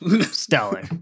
stellar